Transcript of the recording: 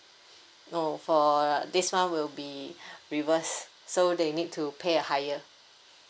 no for this one will be reversed so they need to pay uh higher